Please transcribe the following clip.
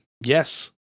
Yes